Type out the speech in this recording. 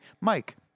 Mike